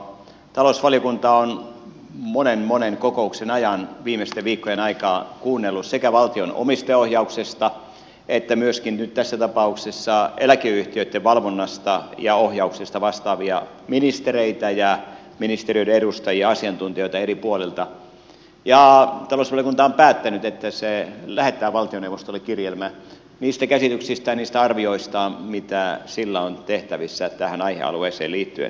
talousvaliokunta on monen monen kokouksen ajan viimeisten viikkojen aikaan kuunnellut sekä valtion omistajaohjauksesta että myöskin nyt tässä tapauksessa eläkeyhtiöitten valvonnasta ja ohjauksesta vastaavia ministereitä ja ministeriöiden edustajia asiantuntijoita eri puolilta ja talousvaliokunta on päättänyt että se lähettää valtioneuvostolle kirjelmän niistä käsityksistä niistä arvioista joita sillä on tehtävissä tähän aihealueeseen liittyen